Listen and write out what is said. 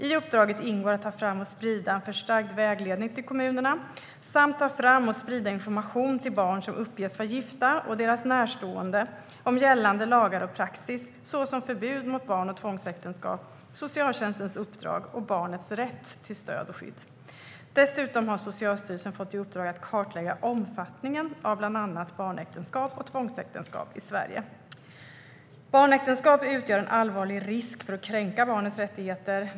I uppdraget ingår att ta fram och sprida en förstärkt vägledning till kommunerna samt att ta fram och sprida information till barn som uppges vara gifta och till deras närstående om gällande lagar och praxis, såsom förbud mot barn och tvångsäktenskap, socialtjänstens uppdrag och barnets rätt till stöd och skydd. Dessutom har Socialstyrelsen fått i uppdrag att kartlägga omfattningen av bland annat barnäktenskap och tvångsäktenskap i Sverige. Barnäktenskap utgör en allvarlig risk för att kränka barnets rättigheter.